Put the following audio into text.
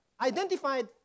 identified